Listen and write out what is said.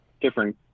different